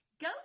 Go